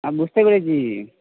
আমি বুঝতে পেরেছি